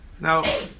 Now